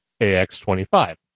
AX25